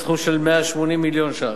בסכום של 180 מיליון שקלים,